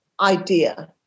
idea